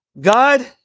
God